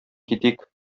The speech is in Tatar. китик